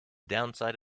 downside